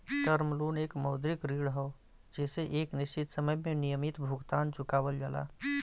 term loan एक मौद्रिक ऋण हौ जेसे एक निश्चित समय में नियमित भुगतान चुकावल जाला